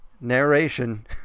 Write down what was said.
narration